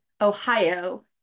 Ohio